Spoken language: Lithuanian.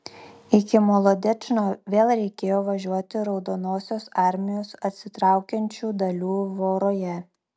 iki molodečno vėl reikėjo važiuoti raudonosios armijos atsitraukiančių dalių voroje